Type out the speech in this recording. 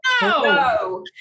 No